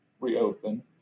reopen